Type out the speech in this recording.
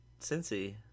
Cincy